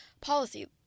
policy